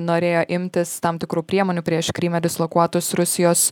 norėjo imtis tam tikrų priemonių prieš kryme dislokuotus rusijos